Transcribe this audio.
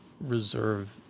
reserve